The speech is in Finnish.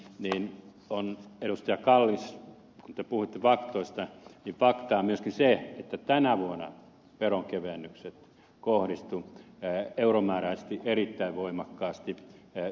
kallis te puhuitte faktoista niin faktaa on myöskin se että tänä vuonna veronkevennykset kohdistuivat euromääräisesti erittäin voimakkaasti suurituloisiin